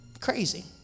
Crazy